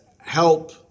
help